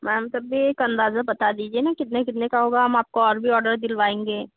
ma'am तब भी एक अंदाज़ा बता दीजिए ना कितने कितने का होगा हम आपको और भी ऑर्डर दिलवाएँगे